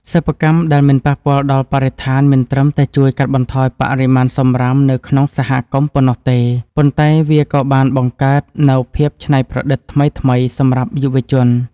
សិប្បកម្មដែលមិនប៉ះពាល់ដល់បរិស្ថានមិនត្រឹមតែជួយកាត់បន្ថយបរិមាណសំរាមនៅក្នុងសហគមន៍ប៉ុណ្ណោះទេ ប៉ុន្តែ វាក៏បានបង្កើតនូវភាពច្នៃប្រឌិតថ្មីៗសម្រាប់យុវជន។